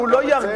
הוא לא ירגיע.